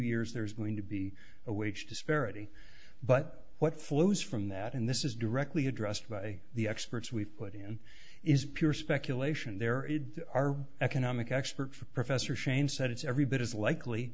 years there's going to be a wage disparity but what flows from that and this is directly addressed by the experts we've put in is pure speculation there are economic expert for professor shane said it's every bit as likely